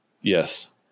Yes